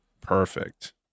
perfect